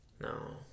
No